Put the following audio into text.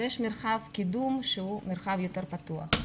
ויש מרחב קידום שהוא יותר פתוח.